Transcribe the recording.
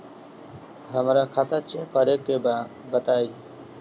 हमरा खाता चेक करे के बा बताई?